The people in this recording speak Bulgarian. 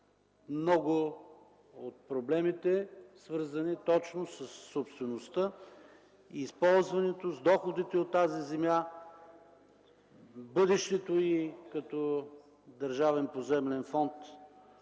много от проблемите свързани точно със собствеността, използването, доходите от земята, нейното бъдеще като Държавен поземлен фонд.